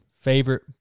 favorite